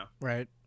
Right